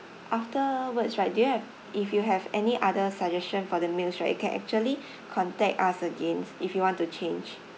afterwards right do you have if you have any other suggestion for the meals right you can actually contact us again if you want to change